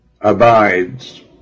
abides